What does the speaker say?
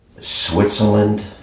Switzerland